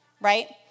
right